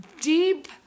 deep